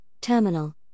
terminal